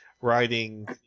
writing